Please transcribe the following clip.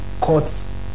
courts